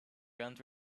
guns